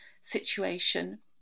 situation